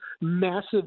massive